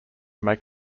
make